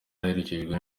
aherekejwe